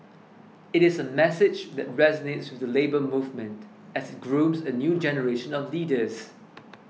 it is a message that resonates with the Labour Movement as it grooms a new generation of leaders